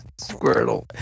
Squirtle